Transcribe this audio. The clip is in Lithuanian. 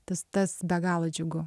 tas tas be galo džiugu